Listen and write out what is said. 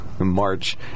March